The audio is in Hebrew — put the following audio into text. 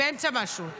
שעלה